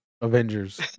Avengers